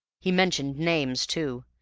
he mentioned names, too,